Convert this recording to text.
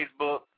Facebook